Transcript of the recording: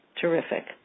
Terrific